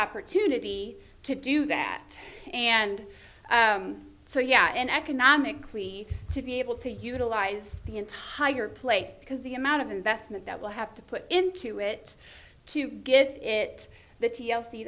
opportunity to do that and so yeah and economically to be able to utilise the entire place because the amount of investment that we'll have to put into it to get it the t